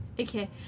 okay